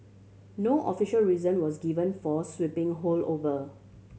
no official reason was given for sweeping haul over